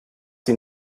sie